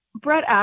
brett